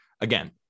Again